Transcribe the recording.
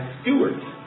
stewards